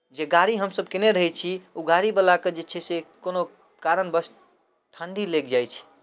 जे गाड़ी हमसभ कयने रहै छी ओ गाड़ीवलाके जे छै से कोनो कारणवश ठण्ढी लागि जाइ छै